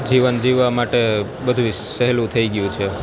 જીવન જીવવા માટે બધુંય સહેલું થઈ ગયું છે